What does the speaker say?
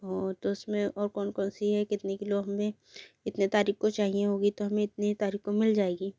ओ तो उसमें और कौन कौन सी हैं कितनी किलो हमने कितने तारीख़ को चाहिए होंगी तो हमें इतनी तारीख़ को मिल जाएगी